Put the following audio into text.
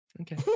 Okay